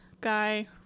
guy